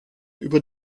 über